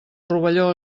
rovelló